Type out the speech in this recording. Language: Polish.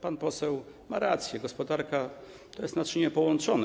Pan poseł ma rację, gospodarka to są naczynia połączone.